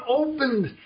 opened